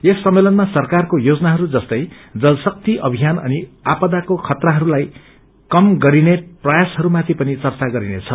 यस सम्मेलनमा सरकारको योजनाहरू जस्तै जलशक्ति अभियान अनि आपदाको खतराहरूलाई कम गरिने प्रयासहरूमाथि पनि चर्चा गरिनेछ